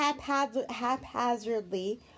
haphazardly